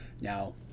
Now